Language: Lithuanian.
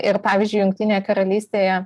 ir pavyzdžiui jungtinėje karalystėje